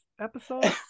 episode